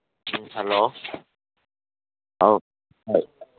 ꯎꯝ hello ꯑꯧ ꯇꯥꯏ